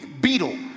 beetle